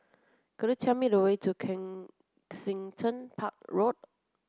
could you tell me the way to Kensington Park Road